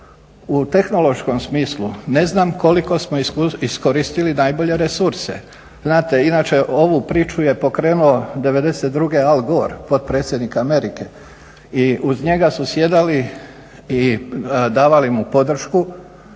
u tehnološkom smislu ne znam koliko smo iskoristili najbolje resurse. Znate, inače ovu priču je pokrenuo '92. Al Gore potpredsjednik Amerike i uz njega su sjedali i davali mu podršku